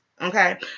Okay